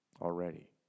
already